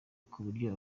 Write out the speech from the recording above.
kuburyo